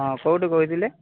ହଁ କୋଉଠୁ କହୁଥିଲେ